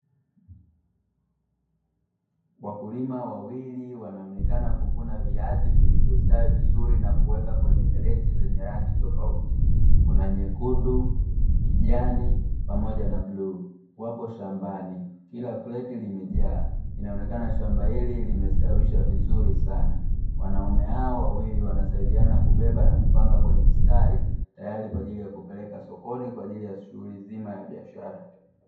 Wakulima wawili wanaonekana kuvuna viazi vilivyostawi vizuri, na kuweka kwenye kreti zenye rangi tofauti kuna nyekundu, kijani pamoja na bluu wapo shambani. Kila kreti limejaa inaonekana shamba hili limestawisha vizuri sana. Wanaume hao wawili wanasaidiana kubeba na kupanga kwenye mstari, tayari kwa ajili ya kupeleka sokoni kwa ajili ya shughuli nzima ya biashara.